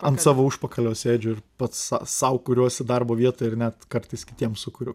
ant savo užpakalio sėdžiu ir pats sau kuriuosi darbo vietą ir net kartais kitiems sukuriu